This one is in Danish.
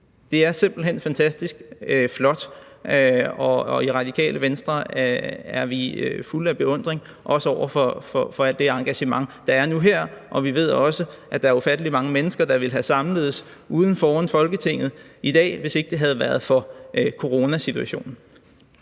hen fantastisk flot, og i Radikale Venstre er vi fuld af beundring, også over det engagement, der er nu, og vi ved også, at der er ufattelig mange mennesker, der ville have samledes ude foran Folketinget i dag, hvis ikke det havde været for coronasituationen.